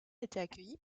accueillie